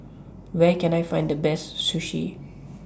Where Can I Find The Best Sushi